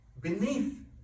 beneath